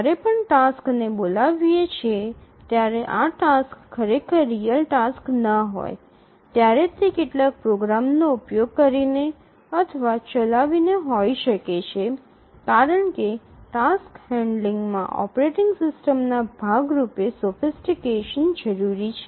જ્યારે પણ આપણે ટાસક્સ ને બોલાવીએ છીએ ત્યારે આ ટાસક્સ ખરેખર રીઅલ ટાસક્સ ન હોય ત્યારે તે કેટલાક પ્રોગ્રામ્સનો ઉપયોગ કરીને અથવા ચલાવીને હોઈ શકે છે કારણ કે ટાસક્સ હેન્ડલિંગ માં ઓપરેટિંગ સિસ્ટમના ભાગરૂપે સોફિસ્ટીકેશન જરૂરી છે